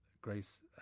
Grace